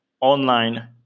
online